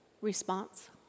response